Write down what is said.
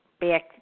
back